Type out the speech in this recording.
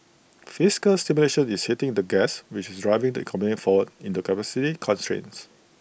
fiscal stimulation is hitting the gas which is driving the economy forward into capacity constraints